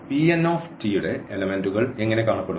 അതിനാൽ Pn ന്റെ എലെമെന്റുകൾ എങ്ങനെ കാണപ്പെടും